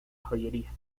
joyería